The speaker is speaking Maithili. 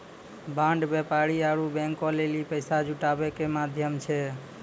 बांड व्यापारी आरु बैंको लेली पैसा जुटाबै के माध्यम छै